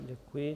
Děkuji.